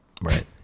Right